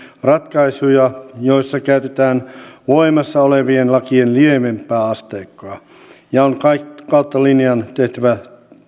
ratkaisuja joissa käytetään voimassa olevien lakien lievempää asteikkoa on kautta linjan tehtävä